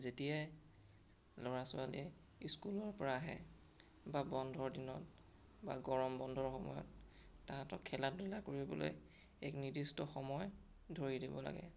যেতিয়াই ল'ৰা ছোৱালীয়ে স্কুলৰ পৰা আহে বা বন্ধৰ দিনত বা গৰম বন্ধৰ সময়ত তাহাঁতক খেলা ধূলা কৰিবলৈ এক নিৰ্দিষ্ট সময় ধৰি দিব লাগে